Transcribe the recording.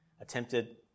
attempted